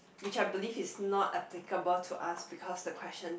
which I believe is not applicable to us because the question